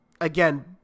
again